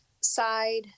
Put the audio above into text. side